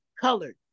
colored